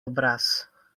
obraz